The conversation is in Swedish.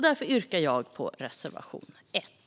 Därför yrkar jag bifall till reservation 1.